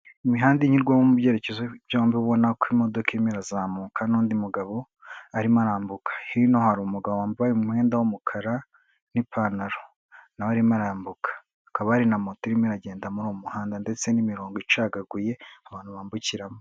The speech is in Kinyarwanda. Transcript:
Imihanda inyurwaho mu byerekezo byombi ubona ko imodoka imwe irazamuka n'undi mugabo arimo arambuka. Hino hari umugabo wambaye umwenda w'umukara n'ipantaro na we arimo arambuka. Hakaba hari na moto irimo iragenda muri uwo muhanda ndetse n'imirongo icagaguye abantu bambukiramo.